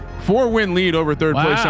four wind lead over third